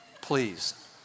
Please